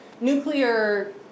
nuclear